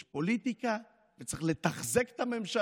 כי יש פוליטיקה, וצריך לתחזק את הממשלה.